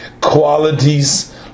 qualities